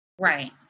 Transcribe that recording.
Right